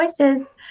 choices